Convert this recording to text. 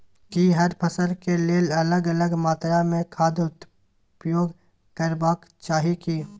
की हर फसल के लेल अलग अलग मात्रा मे खाद उपयोग करबाक चाही की?